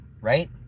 right